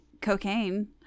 cocaine